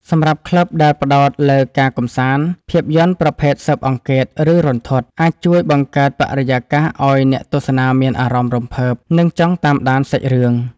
សម្រាប់ក្លឹបដែលផ្ដោតលើការកម្សាន្ត ភាពយន្តប្រភេទស៊ើបអង្កេត ឬរន្ធត់ អាចជួយបង្កើតបរិយាកាសឱ្យអ្នកទស្សនាមានអារម្មណ៍រំភើប និងចង់តាមដានសាច់រឿង។